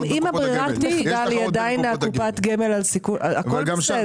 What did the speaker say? אם ברירת המחדל היא קופת הגמל בסיכון הכל בסדר.